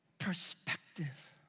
perspective.